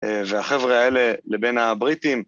והחבר'ה האלה לבין הבריטים